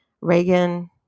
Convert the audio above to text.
Reagan